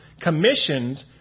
commissioned